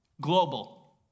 global